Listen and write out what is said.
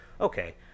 okay